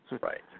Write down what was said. Right